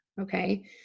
okay